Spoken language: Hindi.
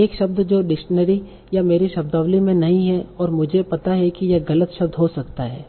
एक शब्द जो डिक्शनरी या मेरी शब्दावली में नहीं है और मुझे पता है कि यह गलत शब्द हो सकता है